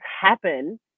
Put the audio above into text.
happen